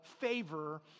favor